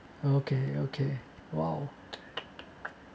okay okay !wow!